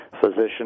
physician